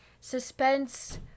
suspense